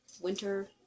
winter